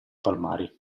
palmari